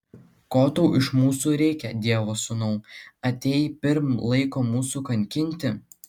ko tau iš mūsų reikia dievo sūnau atėjai pirm laiko mūsų kankinti